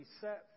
set